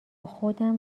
خودم